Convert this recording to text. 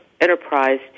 enterprise